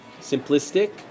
simplistic